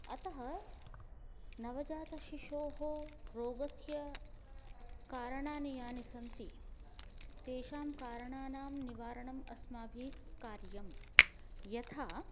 अतः नवजातशिशोः रोगस्य कारणानि यानि सन्ति तेषां कारणानां निवारणं अस्माभिः कार्यं यथा